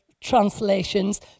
translations